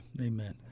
Amen